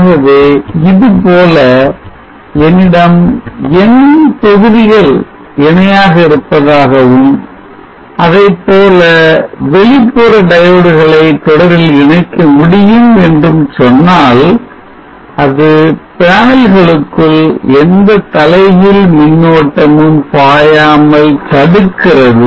ஆகவே இதுபோல என்னிடம் n தொகுதிகள் இணையாக இருப்பதாகவும் இதைப்போல வெளிப்புற diodes களை தொடரில் இணைக்க முடியும் என்றும் சொன்னால் அது பேனல்களுக்குள் எந்த தலைகீழ் மின்னோட்டமும் பாயாமல் தடுக்கிறது